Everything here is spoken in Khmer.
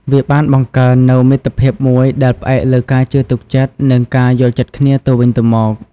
វាបានបង្កើននូវមិត្តភាពមួយដែលផ្អែកលើការជឿទុកចិត្ត និងការយល់ចិត្តគ្នាទៅវិញទៅមក។